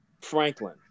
Franklin